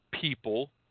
people